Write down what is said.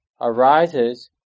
arises